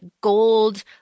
gold